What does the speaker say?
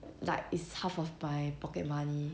like it's half of my pocket money